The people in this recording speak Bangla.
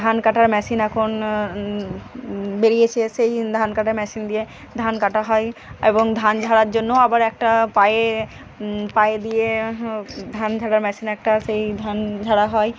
ধান কাটার মেশিন এখন বেরিয়েছে সেই ধান কাটা মেশিন দিয়ে ধান কাটা হয় এবং ধান ঝাড়ার জন্যও আবার একটা পায়ে পায়ে দিয়ে ধান ঝাড়ার মেশিন একটা সেই ধান ঝাড়া হয়